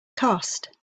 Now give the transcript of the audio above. cost